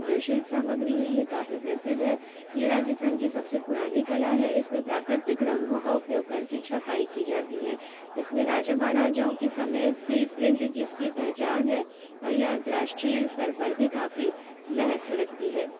जो शिल्प सामग्री है यह काफ़ी प्रसिद्ध है ये राजिस्थान की सबसे पुरानी कला है इसमें प्राकृतिक रंगों का उपयोग करके छपाई की जाती है इसमें राजा महाराजाओं के समय से प्रिंट की इसकी पहचान है और यह अंतरराष्ट्रीय स्तर पर भी काफ़ी महत्व रखती है